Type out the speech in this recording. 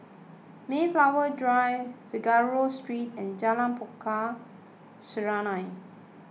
Mayflower Drive Figaro Street and Jalan Pokok Serunai